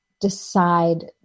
decide